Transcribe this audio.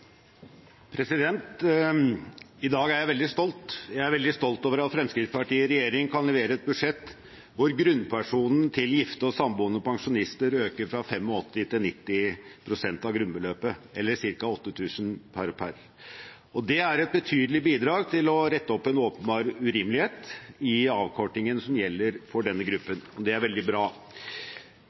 jeg veldig stolt. Jeg er veldig stolt over at Fremskrittspartiet i regjering kan levere et budsjett hvor grunnpensjonen til gifte og samboende pensjonister øker fra 85 til 90 pst. av grunnbeløpet, eller ca. 8 000 kr per par. Det er et betydelig bidrag til å rette opp en åpenbar urimelighet i avkortingen som gjelder for denne gruppen, og det er veldig bra.